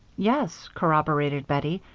yes, corroborated bettie,